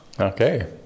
Okay